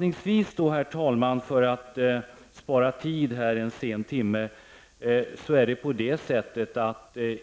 Herr talman! För att spara tid vill jag sammanfattningsvis säga att efter